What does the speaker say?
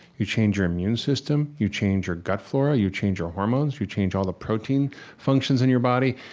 you change your immune system. you change your gut flora, you change your hormones, you change all the protein functions in your body,